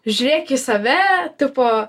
žiūrėk į save tipo